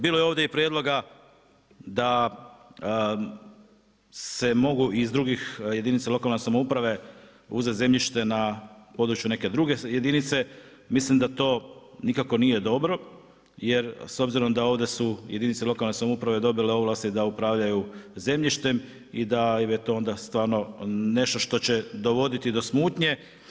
Bilo je ovdje i prijedloga da se mogu iz drugih jedinica lokalne samouprave uzeti zemljište na području neke druge jedinice, mislim da to nikako nije dobro jer s obzirom da ovdje su jedinice lokalne samouprave dobile ovlasti da upravljaju zemljištem i da je to onda stvar nešto što će dovoditi do smutnje.